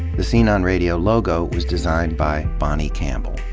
the scene on radio logo was designed by bonnie campbell.